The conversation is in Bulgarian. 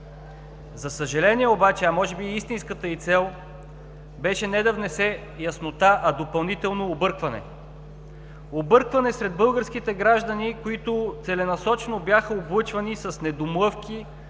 За съжаление обаче, може би истинската й цел беше не да внесе яснота, а допълнително объркване. Объркване сред българските граждани, които целенасочено бяха облъчвани с недомлъвки,